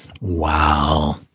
Wow